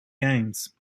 games